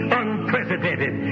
unprecedented